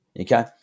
okay